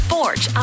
Forge